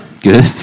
Good